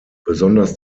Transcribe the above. besonders